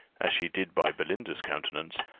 as she did by belinda's countenance,